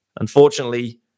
Unfortunately